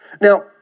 Now